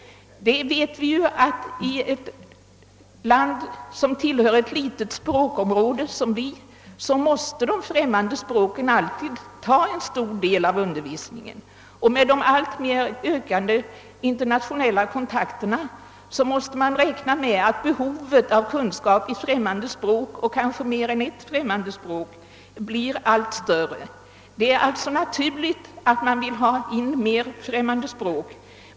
I ett land som tillhör ett litet språkområde måste främmande språk alltid ta en stor del av undervisningstiden. Med de alltmer ökade internationella kontakterna måste man räkna med att behovet av kunskaper i främmande språk och kanske i mer än ett främmande språk blir allt större. Det är alltså naturligt att vi vill ha in undervisning i mer än ett främmande språk.